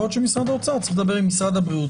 יכול להיות שמשרד אוצר צריך לבר עם משרד הבריאות,